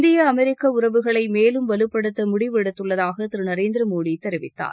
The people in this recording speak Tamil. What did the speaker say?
இந்திய அமெரிக்க உறவுகளை மேலும் வலுப்படுத்த முடிவு எடுத்துள்ளதாக திரு நரேந்திர மோடி தெரிவித்தார்